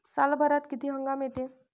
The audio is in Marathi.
सालभरात किती हंगाम येते?